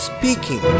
Speaking